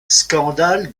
scandale